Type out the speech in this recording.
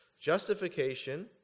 Justification